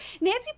Nancy